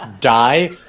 die